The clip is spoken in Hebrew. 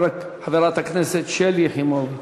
חברת הכנסת שלי יחימוביץ.